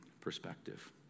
perspective